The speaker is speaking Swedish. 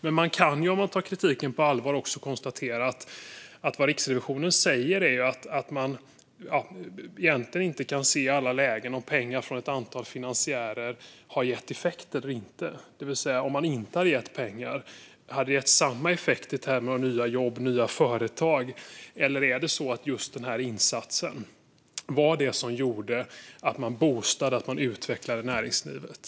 Men man kan, om man tar kritiken på allvar, också konstatera att vad Riksrevisionen säger är att man inte i alla lägen kan se om pengar från ett antal finansiärer har gett effekt eller inte. Om man inte hade gett pengar, hade det gett samma effekter i termer av nya jobb och nya företag? Eller var det just den här insatsen som gjorde att man boostade och utvecklade näringslivet?